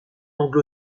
anglo